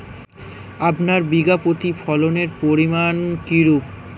আপনার বিঘা প্রতি ফলনের পরিমান কীরূপ?